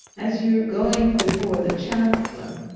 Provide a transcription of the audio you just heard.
as you're going before the chancellor.